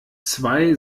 zwei